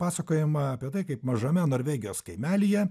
pasakojama apie tai kaip mažame norvegijos kaimelyje